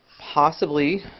possibly,